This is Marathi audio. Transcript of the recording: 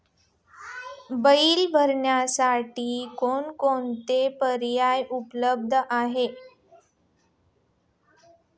बिल भरण्यासाठी कोणकोणते पर्याय उपलब्ध आहेत?